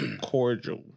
cordial